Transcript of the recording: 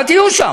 אל תהיו שם.